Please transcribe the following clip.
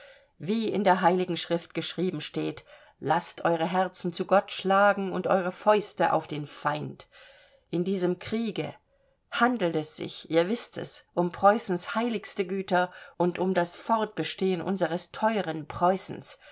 wie in der heiligen schrift geschrieben steht laßt eure herzen zu gott schlagen und eure fäuste auf den feind in diesem kriege handelt es sich ihr wißt es um preußens heiligste güter und um das fortbestehen unseres teuren preußens